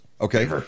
Okay